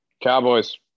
Cowboys